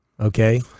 okay